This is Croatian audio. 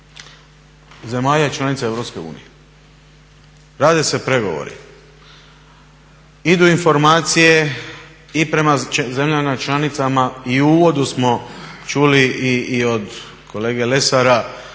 Europske unije. Rade se pregovori, idu informacije i prema zemljama članicama i u uvodu smo čuli i od kolege Lesara